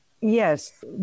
yes